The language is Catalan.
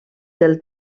del